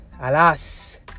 alas